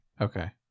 Okay